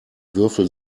würfel